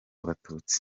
abatutsi